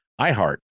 iHeart